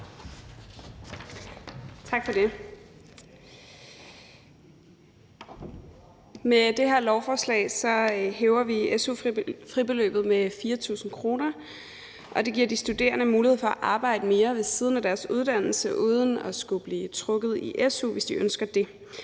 Med det her lovforslag hæver vi su-fribeløbet med 4.000 kr., og det giver de studerende mulighed for at arbejde mere ved siden af deres uddannelse, hvis de ønsker det,